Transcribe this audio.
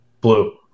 Blue